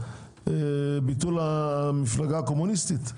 לפני ביטול המפלגה הקומוניסטית,